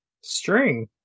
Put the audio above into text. String